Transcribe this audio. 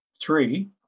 three